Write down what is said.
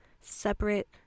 separate